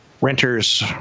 Renters